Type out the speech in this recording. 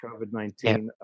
COVID-19